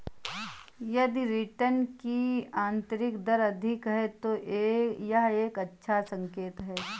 यदि रिटर्न की आंतरिक दर अधिक है, तो यह एक अच्छा संकेत है